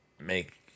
make